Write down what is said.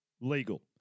Legal